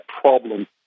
problem